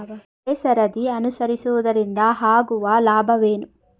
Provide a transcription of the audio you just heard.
ಬೆಳೆಸರದಿ ಅನುಸರಿಸುವುದರಿಂದ ಆಗುವ ಲಾಭವೇನು?